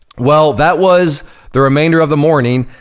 well, that was the remainder of the morning,